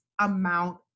amount